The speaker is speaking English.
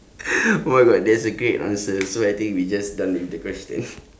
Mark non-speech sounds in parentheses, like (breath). (breath) oh my god that is a great answer so I think we just done with the question